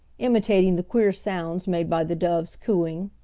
imitating the queer sounds made by the doves cooing.